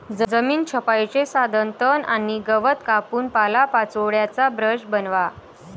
जमीन छपाईचे साधन तण आणि गवत कापून पालापाचोळ्याचा ब्रश बनवा